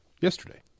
yesterday